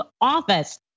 office